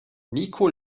niko